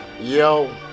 Yo